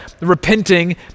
repenting